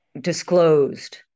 disclosed